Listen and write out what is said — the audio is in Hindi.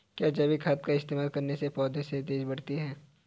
क्या जैविक खाद का इस्तेमाल करने से पौधे तेजी से बढ़ते हैं?